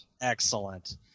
excellent